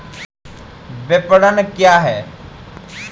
विपणन क्या है?